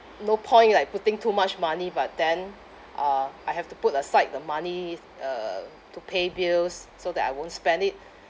no point like putting too much money but then uh I have to put aside the money uh to pay bills so that I won't spend it